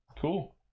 Cool